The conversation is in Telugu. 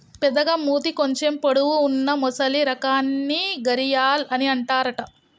పెద్దగ మూతి కొంచెం పొడవు వున్నా మొసలి రకాన్ని గరియాల్ అని అంటారట